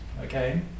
Okay